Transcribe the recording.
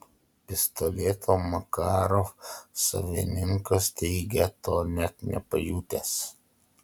pistoleto makarov savininkas teigia to net nepajutęs